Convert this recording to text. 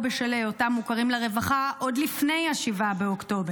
או בשל היותם מוכרים לרווחה עוד לפני 7 באוקטובר.